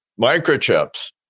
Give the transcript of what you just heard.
microchips